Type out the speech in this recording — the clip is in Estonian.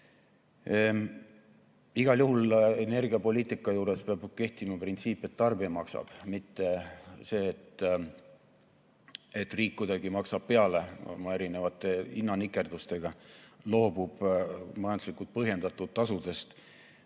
Igal juhul energiapoliitika juures peab kehtima printsiip, et tarbija maksab, mitte see, et riik kuidagi maksab peale oma erinevate hinnanikerdustega, loobub majanduslikult põhjendatud tasudest